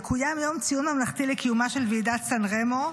יקוים יום ציון ממלכתי לקיומה של ועידת סן רמו,